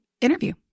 interview